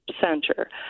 center